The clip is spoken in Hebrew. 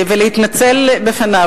ולהתנצל בפניו,